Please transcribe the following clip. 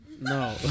No